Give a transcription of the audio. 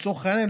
לצורך העניין,